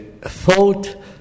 thought